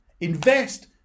Invest